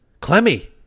clemmy